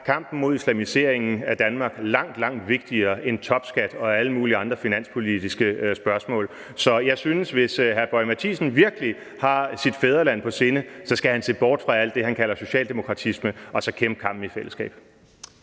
kampen mod islamiseringen af Danmark langt, langt vigtigere end topskat og alle mulige andre finanspolitiske spørgsmål. Så jeg synes, at hr. Lars Boje Mathiesen, hvis han virkelig har sit fædreland på sinde, skal se bort fra alt det, han kalder socialdemokratisme, og så kæmpe kampen i fællesskab.